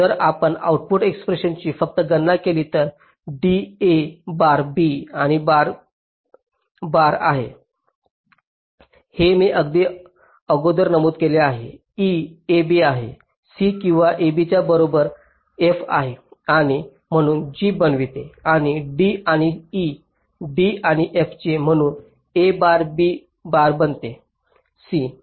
जर आपण आऊटपुट एक्सप्रेशन्सची फक्त गणना केली तर तुमची d a bar b bar आहे हे मी आधीच अगोदर नमूद केले आहे e ab आहे c किंवा ab च्या बरोबर f आहे आणि म्हणून g बनते आणि d आणि e d आणि f चे म्हणून ते a बार b बार बनते c